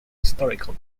historical